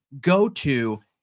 go-to